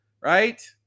right